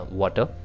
water